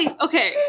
Okay